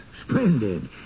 Splendid